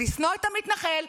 לשנוא את המתנחל,